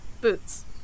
Boots